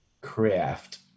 craft